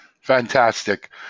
Fantastic